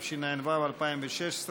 התשע"ו 2016,